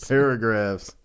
Paragraphs